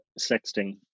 sexting